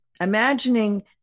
imagining